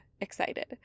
excited